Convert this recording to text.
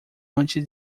antes